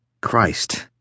Christ